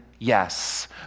Yes